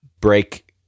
break